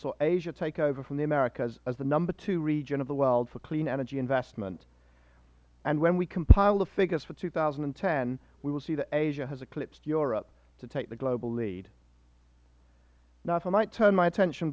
saw asia take over from the americas as the number two region of the world for clean energy investment and when we compile the figures for two thousand and ten we will see that asia has eclipsed europe to take a global lead now if i might turn my attention